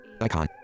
icon